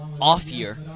off-year